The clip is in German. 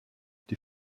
die